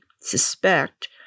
suspect